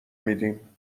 میدیم